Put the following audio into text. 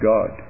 God